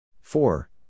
four